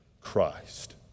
christ